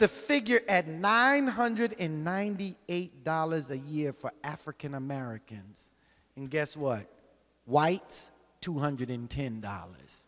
the figure at nine hundred and ninety eight dollars a year for african americans and guess what white two hundred in ten dollars